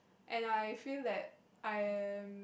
and I feel that I am